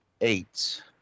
eight